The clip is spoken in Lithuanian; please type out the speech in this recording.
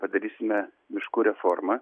padarysime miškų reformą